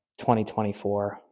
2024